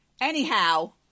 Anyhow